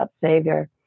Savior